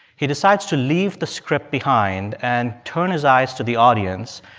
he decides to leave the script behind and turn his eyes to the audience.